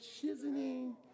chiseling